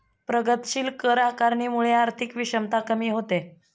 प्रगतीशील कर आकारणीमुळे आर्थिक विषमता कमी होते